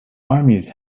armies